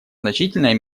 значительной